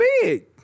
big